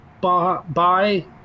Bye